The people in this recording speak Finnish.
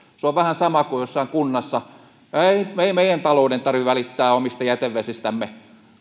se on vähän sama kuin jossain kunnassa sanottaisiin ei ei meidän tarvitse välittää omista jätevesistämme